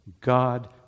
God